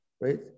right